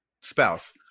spouse